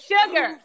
Sugar